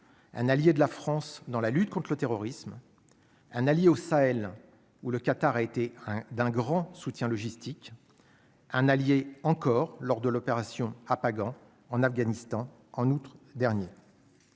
un allié de la France dans la lutte contre le terrorisme, un allié au Sahel ou le Qatar a été d'un grand soutien logistique, un allié encore lors de l'opération Apagan en Afghanistan en août dernier.